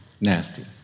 Nasty